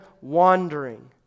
wandering